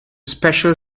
special